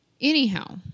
anyhow